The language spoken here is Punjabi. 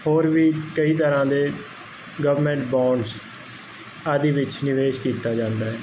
ਹੋਰ ਵੀ ਕਈ ਤਰ੍ਹਾਂ ਦੇ ਗਵਰਮੈਂਟ ਬੋਂਡਸ ਆਦੀ ਵਿੱਚ ਨਿਵੇਸ਼ ਕੀਤਾ ਜਾਂਦਾ ਹੈ